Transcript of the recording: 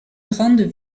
grande